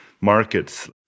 markets